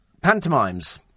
Pantomimes